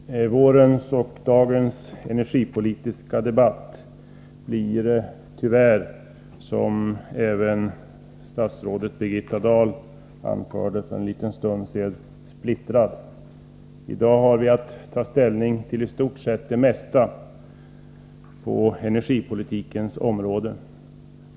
Fru talman! Vårens och dagens energipolitiska debatt blir tyvärr, som även statsrådet Birgitta Dahl anförde för en liten stund sedan, splittrad. I dag har vi att ta ställning till i stort sett det mesta på energipolitikens område.